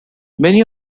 many